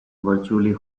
virtually